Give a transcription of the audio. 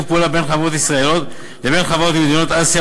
פעולה בין חברות ישראליות לבין חברות ממדינות אסיה,